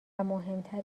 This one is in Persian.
مهمتر